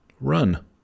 Run